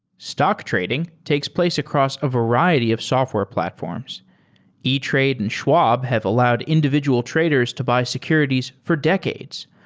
stock trading takes place across a variety of software platforms e trade and schwab have allowed individual traders to buy securities for decades.